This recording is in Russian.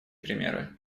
примеры